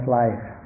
life